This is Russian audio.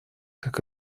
как